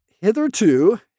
hitherto